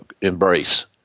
embrace